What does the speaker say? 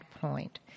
point